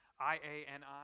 I-A-N-I